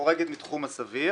חורגת מתחום הסביר